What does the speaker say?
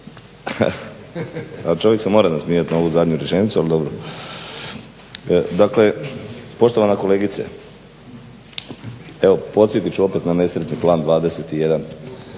Pa čovjek se mora nasmijati na ovu zadnju rečenicu, ali dobro. Dakle, poštovana kolegice evo podsjetit ću opet na nesretni Plan 21